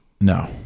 No